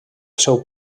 seu